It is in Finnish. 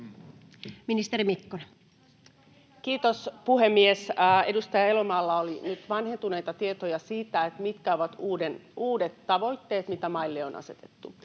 Content: Kiitos, puhemies! Edustaja Elomaalla oli nyt vanhentuneita tietoja siitä, mitkä ovat uudet tavoitteet, mitä maille on asetettu.